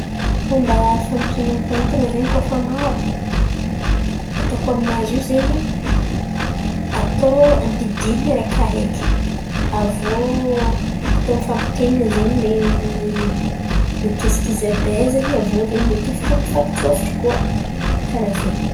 Fomba fan̈ampirako etan̈a maro, ataoko aminazy io zen̈y atao ampidirin̈y araikiaraiky. Aviô atao mifampitenginy zen̈y lain̈iny mitovitovy abaizany aviô lain̈iny mety afaka mifampitsôfotro koa. Karà zen̈y.